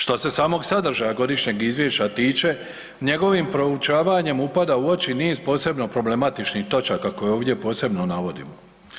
Što se samog sadržaja godišnjeg izvješća tiče njegovim proučavanje upada u oči niz posebno problematičnih točaka koje ovdje posebno navodim.